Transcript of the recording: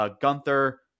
Gunther